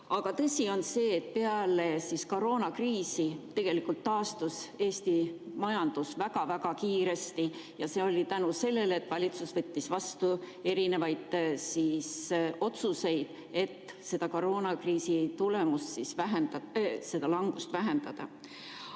Aga tõsi on see, et peale koroonakriisi taastus Eesti majandus väga-väga kiiresti ja see oli tänu sellele, et valitsus võttis vastu otsuseid, et seda koroonakriisi tulemust vähendada, seda langust vähendada.